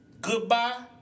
goodbye